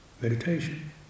meditation